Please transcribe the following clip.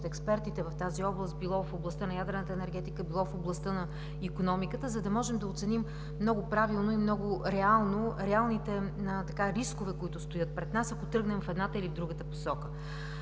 експертите в тази област – било в областта на ядрената енергетика, било в областта на икономиката, за да можем да оценим много правилно и много реално рисковете, които стоят пред нас, ако тръгнем в едната или в другата посока.